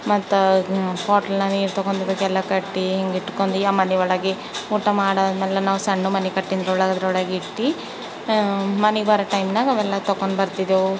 ಮತ್ತೆ ಬಾಟಲ್ನಾಗ ನೀರು ತಗೊಂಡು ಅದಕ್ಕೆಲ್ಲ ಕಟ್ಟಿ ಹಿಂಗೆ ಇಟ್ಕೊಂಡು ಆ ಮನೆ ಒಳಗೆ ಊಟ ಮಾಡಾದ ಮೇಲೆ ನಾವು ಸಣ್ಣ ಮನೆ ಕಟ್ಟಿದ್ದು ಒಳಗೆ ಅದ್ರೊಳಗೆ ಇಟ್ಟು ಮನೆಗೆ ಬರೋ ಟೈಮ್ನಾಗ ಅವೆಲ್ಲ ತಗೊಂಡ್ ಬರ್ತಿದ್ದೆವು